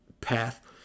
path